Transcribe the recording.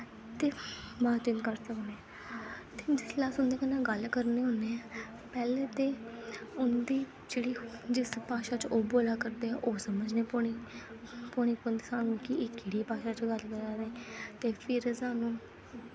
ते बात करी सकनें ते जिसलै अस उं'दे कन्नै गल्ल करने होन्नें पैह्लें ते उं'दी जेह्ड़ी जिस भाशा च ओह् बोल्ला करदे ऐ ओह् समझनी पौनी पौंदी सानूं कि एह् केह्ड़ी भाशा च गल्ल करा दे ते फिर सानूं